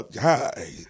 Hi